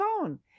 phone